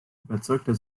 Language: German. überzeugter